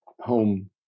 home